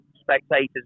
spectators